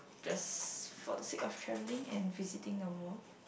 just for the sake of travelling and visiting the world